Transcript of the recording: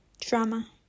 drama